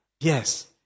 yes